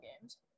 games